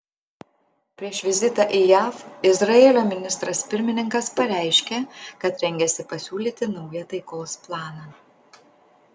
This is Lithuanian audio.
prieš vizitą į jav izraelio ministras pirmininkas pareiškė kad rengiasi pasiūlyti naują taikos planą